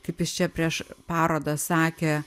kaip jis čia prieš parodą sakė